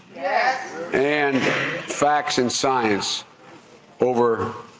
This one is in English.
yeah and facts and science over.